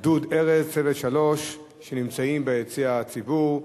גדוד ארז, צוות 3, שנמצאים ביציע הציבור,